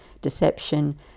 deception